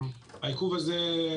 בסדר,